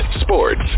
sports